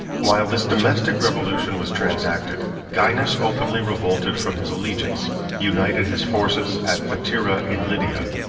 while this domestic revolution was transacted, gainas openly revolted from his allegiance united his forces at thyatira in lydia,